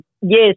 yes